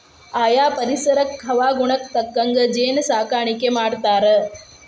ಆಯಾ ಪರಿಸರಕ್ಕ ಹವಾಗುಣಕ್ಕ ತಕ್ಕಂಗ ಜೇನ ಸಾಕಾಣಿಕಿ ಮಾಡ್ತಾರ